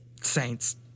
Saints